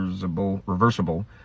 reversible